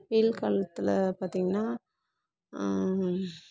வெயில் காலத்தில் பார்த்திங்னா